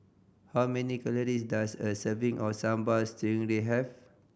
how many calories does a serving of Sambal Stingray have